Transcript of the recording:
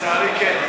לצערי, כן.